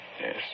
Yes